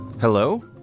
Hello